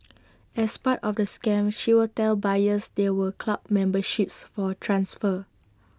as part of the scam she would tell buyers there were club memberships for transfer